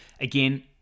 again